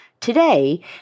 today